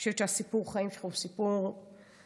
אני חושבת שסיפור החיים שלך הוא סיפור מדהים.